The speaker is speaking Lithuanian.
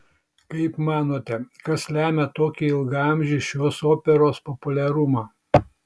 kaip manote kas lemia tokį ilgaamžį šios operos populiarumą